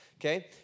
okay